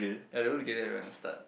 they always gather everyone at the start